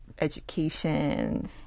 education